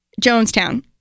Jonestown